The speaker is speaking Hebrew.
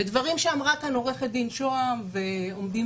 ודברים שאמרה כאן עורכת הדין שהם שעומדים